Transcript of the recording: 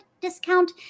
discount